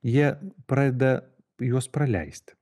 jie pradeda juos praleisti